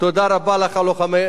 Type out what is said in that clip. תודה רבה לכם,